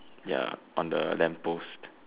ya on the lamp post